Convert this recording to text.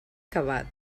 acabat